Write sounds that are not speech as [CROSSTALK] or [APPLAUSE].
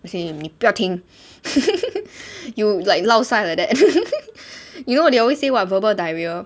你不要听 [LAUGHS] you like lao sai like that [LAUGHS] you know what they always say what verbal diarrhoea